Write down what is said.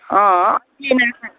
अँ